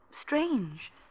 strange